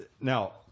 now